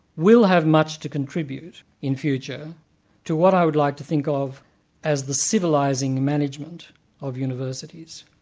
will have much to contribute in future to what i would like to think of as the civilising management of universities.